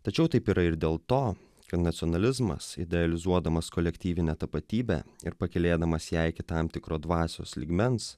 tačiau taip yra ir dėl to kad nacionalizmas idealizuodamas kolektyvinę tapatybę ir pakylėdamas ją iki tam tikro dvasios lygmens